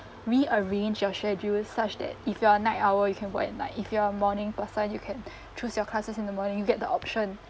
rearrange your schedule such that if you are a night owl you can go at night if you are a morning person you can choose your classes in the morning you get the option